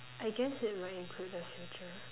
I guess it will include the future